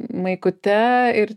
maikute ir